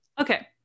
Okay